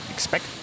expect